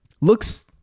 looks